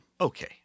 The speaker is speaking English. okay